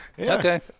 Okay